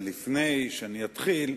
אבל לפני שאני אתחיל,